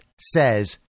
says